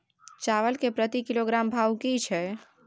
चावल के प्रति किलोग्राम भाव की छै?